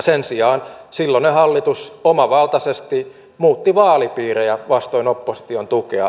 sen sijaan silloinen hallitus omavaltaisesti muutti vaalipiirejä vastoin opposition tukea